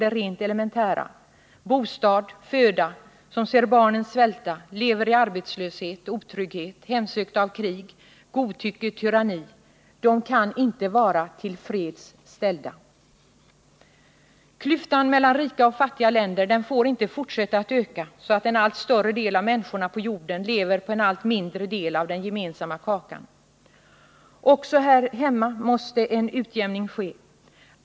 det rent elementära — bostad och föda — och som ser barnen svälta, lever i arbetslöshet, otrygghet, hemsökta av krig, godtycke, tyranni, de kan inte vara tillfredsställda. Klyftan mellan rika och fattiga länder får inte fortsätta att öka så att en allt större del av människorna på jorden lever på en allt mindre del av den gemensamma kakan. Också här hemma måste en utjämning ske.